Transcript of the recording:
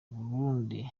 burundi